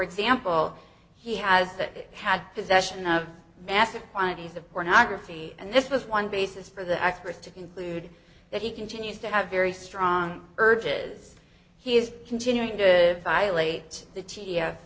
example he has that had possession of massive quantities of pornography and this was one basis for the experts to conclude that he continues to have very strong urges he is continuing to violate the